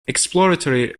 exploratory